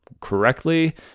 correctly